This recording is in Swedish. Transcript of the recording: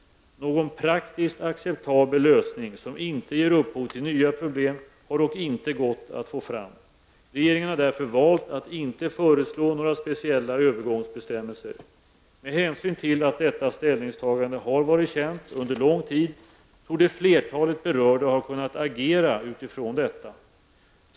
Någon praktiskt acceptabel lösning som inte ger upphov till nya problem har dock inte gått att få fram. Regeringen har därför valt att inte föreslå några speciella övergångsbestämmelser. Med hänsyn till att detta ställningstagande har varit känt under lång tid torde flertalet berörda ha kunnat agera utifrån detta.